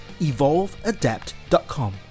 EvolveAdapt.com